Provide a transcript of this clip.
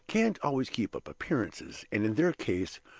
can't always keep up appearances and, in their case,